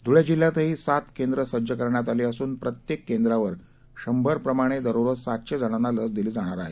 धुळेजिल्ह्यातहीसातकेंद्रंसज्जकरण्यातआलीअसूनप्रत्येककेंद्रावरशंभरप्रमाणेदररो जसातशेजणांनालसदिलीजाणारआहे